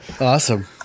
Awesome